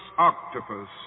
Octopus